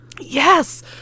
Yes